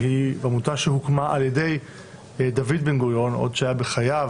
שהיא עמותה שהוקמה על ידי דוד בן-גוריון עוד כשהיה בחייו,